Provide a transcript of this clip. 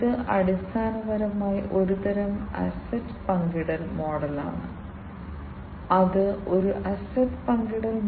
SCADA അടിസ്ഥാനപരമായി supervisory control data acquisition എന്നിവയെ സൂചിപ്പിക്കുന്നു